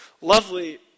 lovely